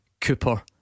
Cooper